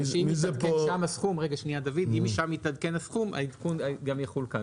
ואם מתעדכן שם הסכום, העדכון יחול כאן.